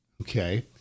Okay